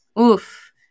Oof